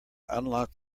unlock